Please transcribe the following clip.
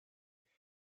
c’est